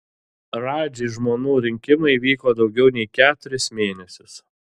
radži žmonų rinkimai vyko daugiau nei keturis mėnesius